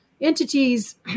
entities